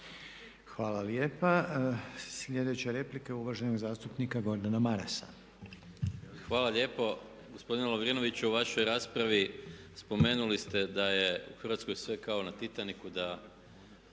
Hvala lijepa. Sljedeća replika je uvaženog zastupnika Gordana Marasa. **Maras, Gordan (SDP)** Hvala lijepo. Gospodine Lovrinoviću, u vašoj raspravi spomenuli ste da je u Hrvatskoj sve kao na Titaniku,